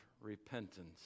repentance